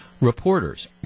reporters